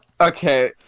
Okay